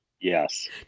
Yes